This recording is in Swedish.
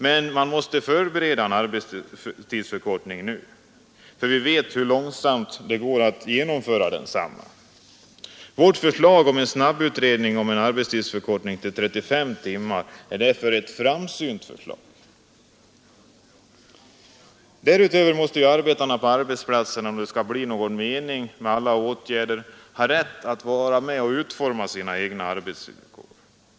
Den måste dock förberedas nu, för vi vet hur långsamt det går att genomföra den. Vårt förslag om en snabbutredning av frågan om arbetstidsförkortning till 35 timmar är därför ett framsynt förslag. Därutöver måste arbetarna på arbetsplatserna, om det skall bli någon mening med alla åtgärder, ha rätt att vara med om att utforma sina egna arbetsvillkor.